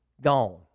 gone